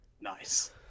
Nice